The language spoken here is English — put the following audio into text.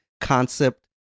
concept